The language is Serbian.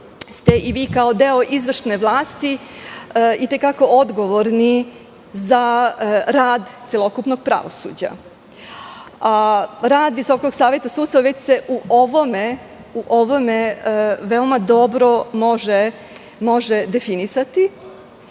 ste i vi kao deo izvršne vlasti i te kako odgovorni za rad celokupnog pravosuđa. Rad Visokog saveta sudstva se u ovome veoma dobro može definisati,